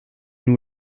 nous